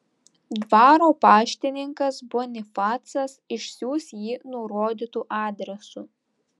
dvaro paštininkas bonifacas išsiųs jį nurodytu adresu